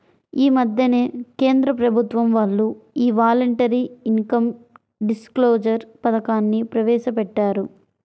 యీ మద్దెనే కేంద్ర ప్రభుత్వం వాళ్ళు యీ వాలంటరీ ఇన్కం డిస్క్లోజర్ పథకాన్ని ప్రవేశపెట్టారు